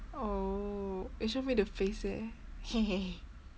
oh eh show me the face eh